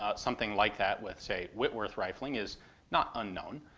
ah something like that with, say, whitworth rifling is not unknown,